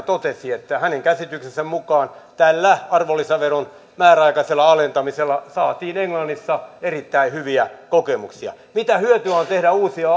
totesi että hänen käsityksensä mukaan tällä arvonlisäveron määräaikaisella alentamisella saatiin englannissa erittäin hyviä kokemuksia mitä hyötyä on tehdä uusia